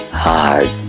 Hard